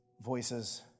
voices